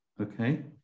okay